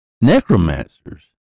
necromancers